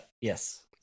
Yes